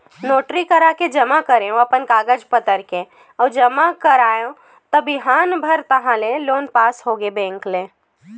notary कराके जमा करेंव अपन कागज पतर के अउ जमा कराएव त बिहान भर ताहले लोन पास होगे बेंक ले